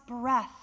breath